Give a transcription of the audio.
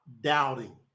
doubting